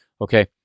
Okay